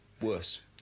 worse